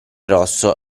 rosso